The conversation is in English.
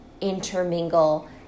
intermingle